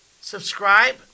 subscribe